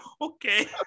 Okay